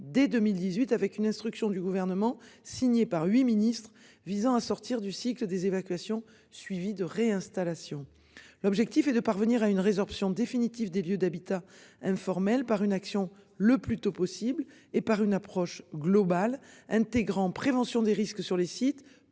dès 2018 avec une instruction du gouvernement signé par 8 ministres visant à sortir du cycle des évacuations suivi de réinstallation. L'objectif est de parvenir à une résorption définitive des lieux d'habitat informel par une action le plus tôt possible et par une approche globale intégrant prévention des risques sur les sites.